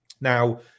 now